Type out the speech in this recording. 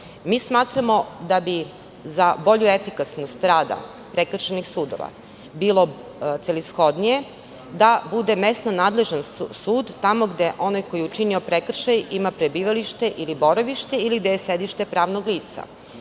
4. Smatramo da bi za bolju efikasnost rada prekršajnih sudova bilo celishodnije da bude mesna nadležnost sud, tamo gde onaj koji je učinio prekršaj ima prebivalište, boravište ili gde je sedište pravnog